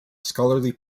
scholarly